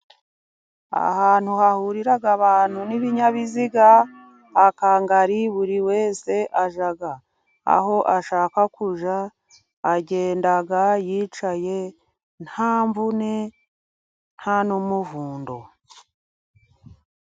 Ahantu hahurira abantu n'ibinyabiziga akangari buri wese ajya aho ashaka kujya. Agenda yicaye nta mvune nta n'umuvundo.